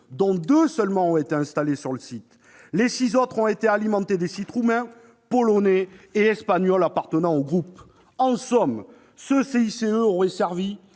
dont deux seulement ont été installées sur le site. Les six autres sont allées alimenter des sites roumains, polonais et espagnols appartenant au groupe ! En somme, le CICE aurait servi